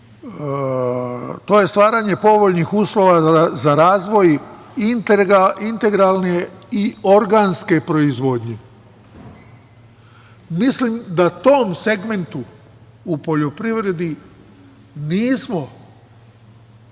to je stvaranje povoljnih uslova za razvoj integralne i organske proizvodnje. Mislim da tom segmentu u poljoprivredi nismo